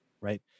right